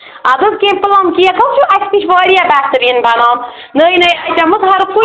اَدٕ حظ کینٛہہ پٕلم کیک حظ چھُ اَسہِ نِش واریاہ بہتٔریٖن بَنان نٔے نٔے آیٹَم حظ ہر کُنہِ